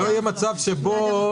כל הנתיבים שגורמים לגודש.